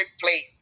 place